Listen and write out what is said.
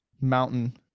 Mountain